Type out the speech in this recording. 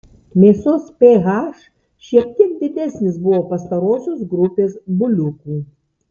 mėsos ph šiek tiek didesnis buvo pastarosios grupės buliukų